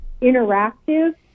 interactive